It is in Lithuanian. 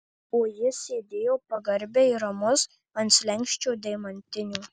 o jis sėdėjo pagarbiai ramus ant slenksčio deimantinio